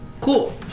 cool